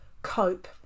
cope